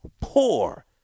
poor